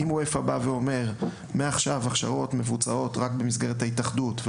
אם UEFA בא ואומר: "מעכשיו הכשרות מבוצעות רק במסגרת ההתאחדות,